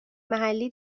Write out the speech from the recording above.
محلی